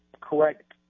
correct